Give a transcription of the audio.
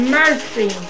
mercy